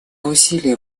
усилия